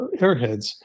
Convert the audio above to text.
Airheads